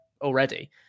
already